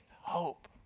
hope